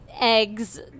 eggs